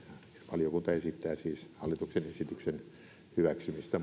valiokunta esittää siis hallituksen esityksen hyväksymistä